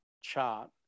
chart